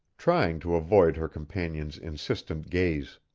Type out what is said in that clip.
trying to avoid her companion's insistent gaze.